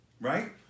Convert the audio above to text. Right